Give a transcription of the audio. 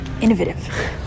innovative